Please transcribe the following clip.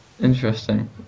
Interesting